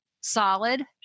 solid